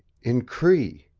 in cree.